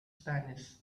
spanish